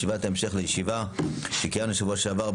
ישיבת המשך לישיבה שקיימנו בשבוע שעבר,